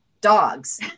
dogs